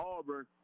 Auburn